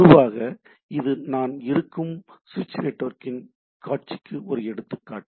பொதுவாக இது நான் இருக்கும் சுவிட்ச் நெட்வொர்க்கின் காட்சிக்கு ஒரு எடுத்துக்காட்டு